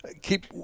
keep